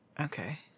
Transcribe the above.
Okay